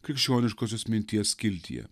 krikščioniškosios minties skiltyje